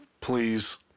please